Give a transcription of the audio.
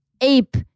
ape